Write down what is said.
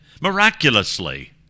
miraculously